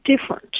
different